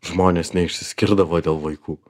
žmonės neišsiskirdavo dėl vaikų